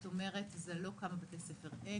זאת אומרת: זה לא בכמה בתי ספר אין,